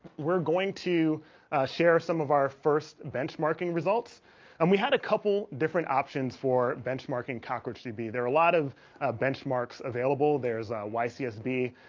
we're going to share some of our first benchmarking results and we had a couple different options for benchmarking cockroach. db. there are a lot of benchmarks available there's y cs b.